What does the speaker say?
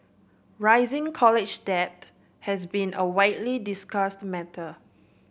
rising college debt has been a widely discussed matter